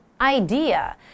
idea